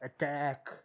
attack